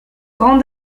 grand